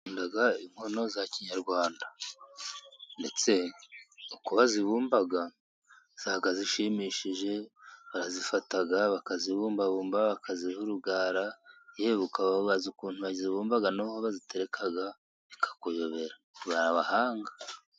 Nkunda inkono za kinyarwanda ndetse n'uko zibumba zishimishije. Barazifata bakazibumbabumba bakaziha urugara, yewe ukababaza ukuntu bazi zibumbaga n'aho bazitereka, bikakuyobera. Ni abahanga!